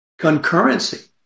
Concurrency